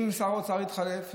אם שר האוצר יתחלף,